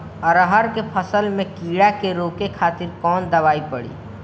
अरहर के फसल में कीड़ा के रोके खातिर कौन दवाई पड़ी?